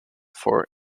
for